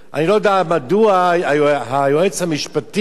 אני לא יודע מדוע היועץ המשפטי,